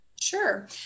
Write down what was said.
Sure